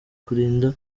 kurinda